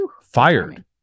Fired